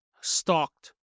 stalked